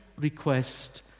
request